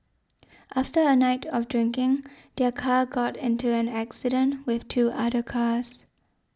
after a night of drinking their car got into an accident with two other cars